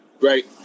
Right